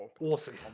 Awesome